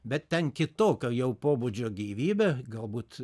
bet ten kitokio jau pobūdžio gyvybė galbūt